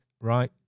right